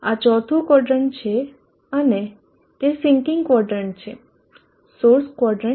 આ ચોથું ક્વોદરન્ટ છે અને તે સીન્કીંગ ક્વોદરન્ટ છે સોર્સ ક્વોદરન્ટ નથી